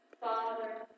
father